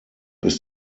ist